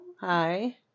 Hi